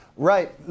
Right